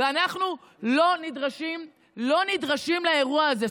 ואנחנו לא נדרשים לאירוע הזה.